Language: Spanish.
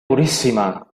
purísima